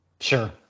Sure